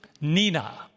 Nina